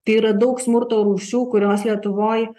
tai yra daug smurto rūšių kurios lietuvoj